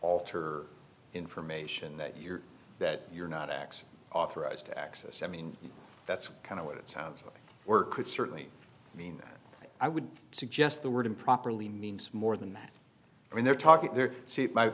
alter information that you're that you're not x authorized to access i mean that's kind of what it sounds like were could certainly mean i would suggest the word improperly means more than that when they're talking there